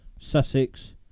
Sussex